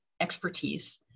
expertise